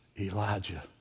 Elijah